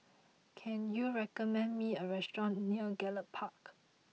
can you recommend me a restaurant near Gallop Park